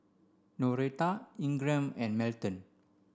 Noretta Ingram and Melton